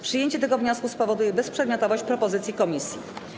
Przyjęcie tego wniosku spowoduje bezprzedmiotowość propozycji komisji.